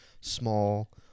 small